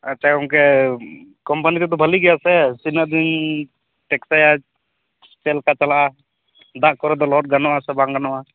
ᱟᱪᱪᱷᱟ ᱜᱚᱝᱠᱮ ᱠᱳᱢᱯᱟᱞᱤ ᱛᱮᱫ ᱫᱚ ᱵᱷᱟᱹᱞᱤ ᱜᱮᱭᱟ ᱥᱮ ᱛᱤᱱᱟᱹᱜ ᱫᱤᱱ ᱴᱮᱠᱥᱳᱭᱟᱭ ᱪᱮᱫ ᱞᱮᱠᱟ ᱪᱟᱞᱟᱜᱼᱟ ᱫᱟᱜ ᱠᱚᱨᱮ ᱫᱚ ᱞᱚᱦᱚᱫ ᱜᱟᱱᱚᱜ ᱟᱥᱮ ᱵᱟᱝ ᱜᱟᱱᱚᱜᱼᱟ